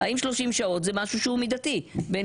האם 30 שעות זה משהו שהוא מידתי בין